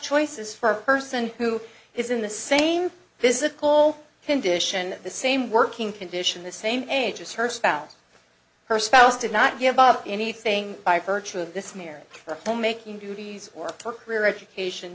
choices for a person who is in the same physical condition the same working condition the same age as her spouse her spouse did not give up anything by virtue of this marriage or for making duties or for career education